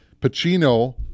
pacino